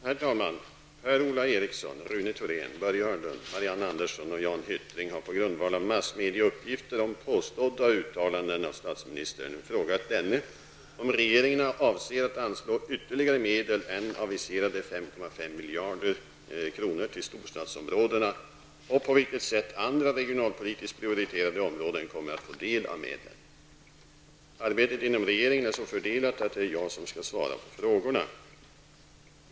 Herr talman! Per-Ola Eriksson, Rune Thorén, Börje Hörnlund, Marianne Andersson i Vårgårda och Jan Hyttring har på grundval av massmedieuppgifter om påstådda uttalanden av statsministern frågat denne om regeringen avser att anslå ytterligare medel än aviserade 5,5 miljarder kronor till storstadsområdena och på vilket sätt andra regionalpolitiskt prioriterade områden kommer att få del av medlen. Arbetet inom regeringen är så fördelat att det är jag som skall svara på frågorna.